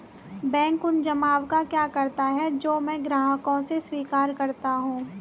Bank उन जमाव का क्या करता है जो मैं ग्राहकों से स्वीकार करता हूँ?